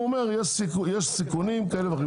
הוא אומר יש סיכונים כאלה ואחרים,